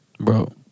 Bro